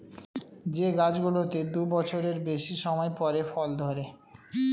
যে গাছগুলোতে দু বছরের বেশি সময় পরে ফল ধরে